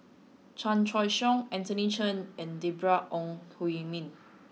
Chan Choy Siong Anthony Chen and Deborah Ong Hui Min